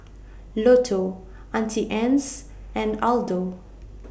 Lotto Auntie Anne's and Aldo